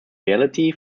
reality